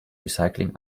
recycling